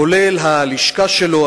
כולל הלשכה שלו,